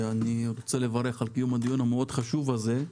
אני רוצה לברך על קיום הדיון החשוב מאוד הזה,